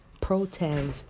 Protev